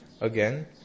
again